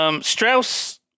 Strauss